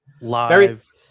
live